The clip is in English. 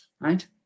Right